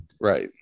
Right